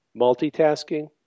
multitasking